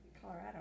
Colorado